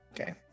okay